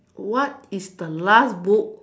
what is the last book